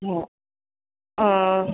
হ্যাঁ ও